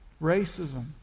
Racism